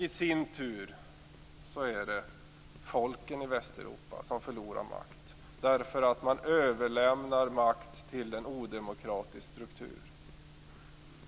I förlängningen är det folken i Västeuropa som förlorar makt, därför att man överlämnar makt till en odemokratisk struktur.